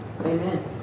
Amen